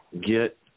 get